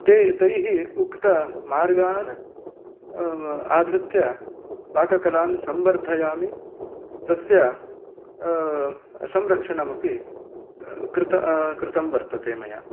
ते तैः उक्त मार्गान् आधृत्य पाककलां सम्वर्धयामि तस्य संरक्षणम् अपि कृत कृतं वर्तते मया